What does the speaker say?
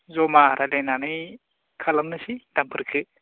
जमा रायलायनानै खालामनोसै दामफोरखौ